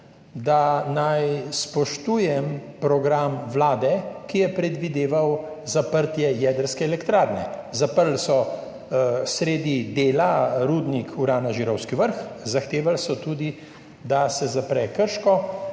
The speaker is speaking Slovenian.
da naj spoštujem program vlade, ki je predvideval zaprtje jedrske elektrarne. Sredi dela so zaprli Rudnik urana Žirovski vrh, zahtevali so tudi, da se zapre Krško,